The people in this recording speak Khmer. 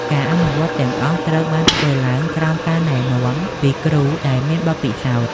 ការអនុវត្តទាំងអស់ត្រូវបានធ្វើឡើងក្រោមការណែនាំពីគ្រូដែលមានបទពិសោធន៍។